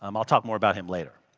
um i'll talk more about him later.